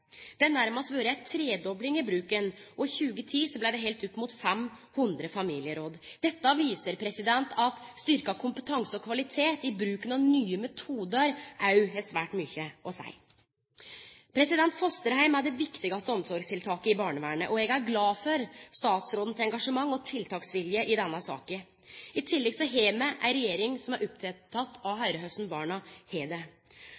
Det har nærmast vore ei tredobling i bruken, og i 2010 blei det halde opp mot 500 familieråd. Dette viser at styrkt kompetanse og kvalitet i bruken av nye metodar òg har svært mykje å seie. Fosterheim er det viktigaste omsorgstiltaket i barnevernet. Eg er glad for statsråden sitt engasjement og tiltaksvilje i denne saka. I tillegg har me ei regjering som er oppteken av